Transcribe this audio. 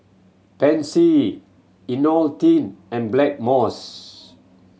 Pansy Ionil T and Blackmores